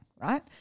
right